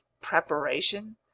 preparation